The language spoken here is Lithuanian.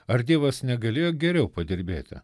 ar dievas negalėjo geriau padirbėti